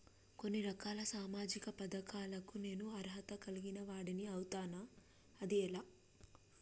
కొన్ని రకాల సామాజిక పథకాలకు నేను అర్హత కలిగిన వాడిని అవుతానా? అది ఎలా?